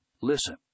Listen